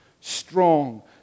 Strong